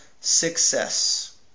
success